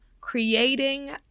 creating